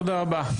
תודה רבה.